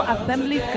Assembly